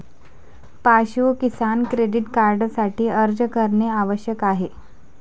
पाशु किसान क्रेडिट कार्डसाठी अर्ज करणे आवश्यक आहे